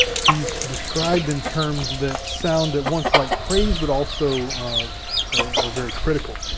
he's described in terms that sound at once like praise but also are very critical.